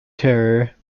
terror